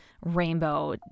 rainbow